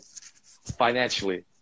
financially